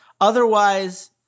Otherwise